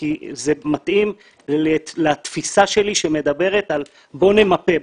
כי זה מתאים לתפיסה שלי שמדברת על בואו נמפה,